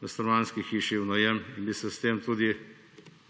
v stanovanjski hiši v najem. S tem bi se tudi pridobilo